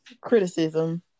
Criticism